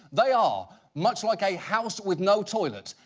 they are much like a house with no toilet.